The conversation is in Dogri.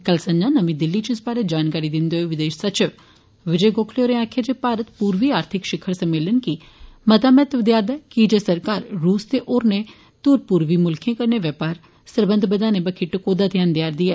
कल संजा नमीं दिल्ली च इस बारै जानकारी दिंदे होई विदेष सचिव विजय गोखले होरें आक्खेआ ऐ भारत पूर्वी आर्थिक षिखर सम्मेलन गी मता महत्व देआ करदा ऐ कीजे सरकार रूस ते होरनें धूर पूर्वी मुल्खें कन्नै बपार सरबंध बदाने बक्खी टकोह्दा ध्यान देआ करदी ऐ